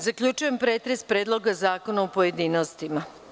Zaključujem pretres Predloga zakona u pojedinostima.